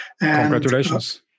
Congratulations